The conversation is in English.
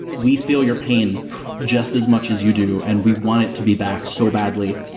we feel your pain just as much as you do and we want it to be back so badly,